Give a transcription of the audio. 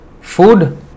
food